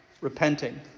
repenting